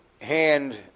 hand